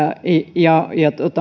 ja